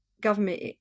government